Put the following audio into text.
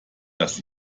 dass